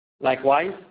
Likewise